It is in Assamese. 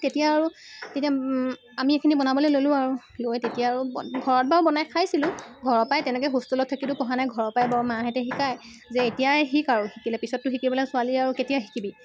তেতিয়া আৰু তেতিয়া আমি এইখিনি বনাব ল'লোঁ আৰু তেতিয়া আৰু ঘৰত বাৰু বনাই খাইছিলোঁ ঘৰৰ পাই তেনেকৈ হোষ্টেলত থাকিতো পঢ়া নাই ঘৰৰ পৰাই বাৰু মাহঁতে শিকায় যে এতিয়াই শিক আৰু শিকিলে পিছততো শিকিবলৈ ছোৱালী আৰু কেতিয়া শিকিবি